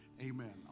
Amen